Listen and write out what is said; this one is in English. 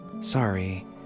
Sorry